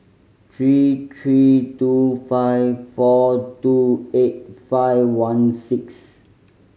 three three two five four two eight five one six